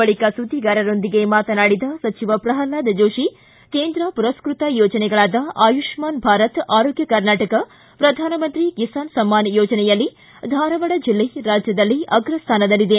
ಬಳಿಕ ಸುದ್ವಿಗಾರರೊಂದಿಗೆ ಮಾತನಾಡಿದ ಪ್ರಹ್ಲಾದ್ ಜೋಶಿ ಕೇಂದ್ರ ಪುರಸ್ವತ ಯೋಜನೆಗಳಾದ ಆಯು ್ವಾನ ಭಾರತ ಆರೋಗ್ಯ ಕರ್ನಾಟಕ ಪ್ರಧಾನಮಂತ್ರಿ ಕಿಸಾನ್ ಸಮ್ಮಾನ ಯೋಜನೆಯಲ್ಲಿ ಧಾರವಾಡ ಜಿಲ್ಲೆ ರಾಜ್ಯದಲ್ಲಿ ಅಗ್ರ ಸ್ಥಾನದಲ್ಲಿದೆ